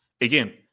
again